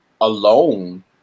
alone